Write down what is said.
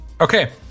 Okay